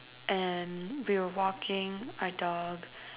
and we were walking a dog